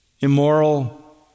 immoral